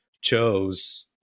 chose